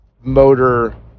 motor